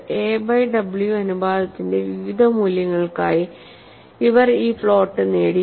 a by w അനുപാതത്തിന്റെ വിവിധ മൂല്യങ്ങൾക്കായി അവർ ഈ പ്ലോട്ട് നേടി